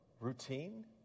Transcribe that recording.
Routine